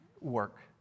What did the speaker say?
Work